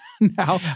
now